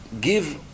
give